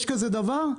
יש כזה דבר?